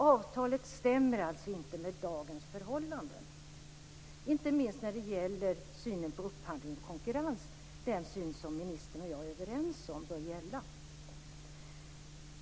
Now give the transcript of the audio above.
Avtalet stämmer alltså inte med dagens förhållanden - inte minst när det gäller synen på upphandling i konkurrens, som ministern och jag är överens om bör gälla.